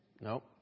No